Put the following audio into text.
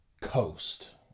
coast